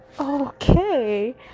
okay